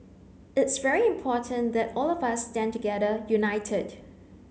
it's very important that all of us stand together united